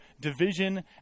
division